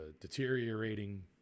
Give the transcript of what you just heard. deteriorating